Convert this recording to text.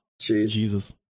Jesus